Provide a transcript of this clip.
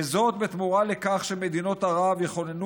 וזאת בתמורה לכך שמדינות ערב יכוננו